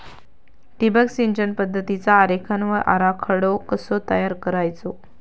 ठिबक सिंचन पद्धतीचा आरेखन व आराखडो कसो तयार करायचो?